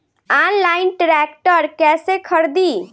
Online tractor कैसे खरदी?